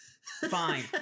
Fine